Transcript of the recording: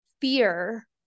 fear